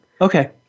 Okay